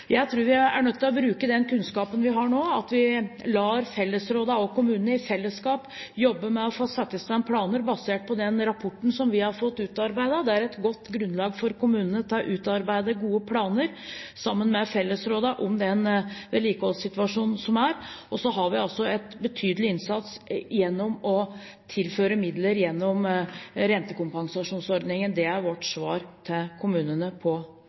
Jeg tror vi er nødt til å bruke den kunnskapen vi nå har, at vi lar fellesrådene og kommunene i fellesskap jobbe med å legge planer basert på den rapporten som vi har fått utarbeidet. Det er et godt grunnlag for kommunene for å utarbeide gode planer sammen med fellesrådene om den vedlikeholdssituasjonen som er. Så gjør vi en betydelig innsats ved å tilføre midler gjennom rentekompensasjonsordningen. Det er vårt svar til kommunene på